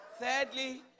Thirdly